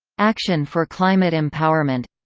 action for climate empowerment